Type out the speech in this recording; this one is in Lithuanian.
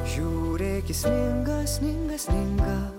žiūrėki sninga sninga sninga